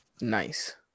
Nice